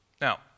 Now